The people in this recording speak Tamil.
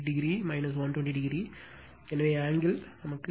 8o 120o எனவே ஆங்கிள் 141